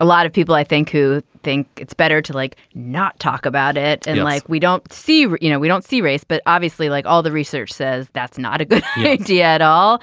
a lot of people i think who think it's better to like not talk about it and like we don't see you know we don't see race. but obviously like all the research says that's not a good idea at all.